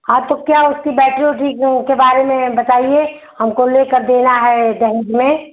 हाँ तो क्या उसकी बैटरी ओटरी के के बारे में बताइए हमको लेकर देना है दहेज में